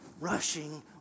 rushing